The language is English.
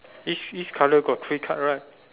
each each colour got three card right